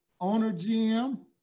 owner-GM